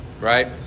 Right